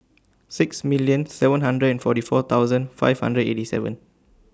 six million seven hundred and forty four thousand five hundred eighty seven